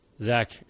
Zach